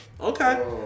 Okay